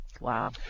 Wow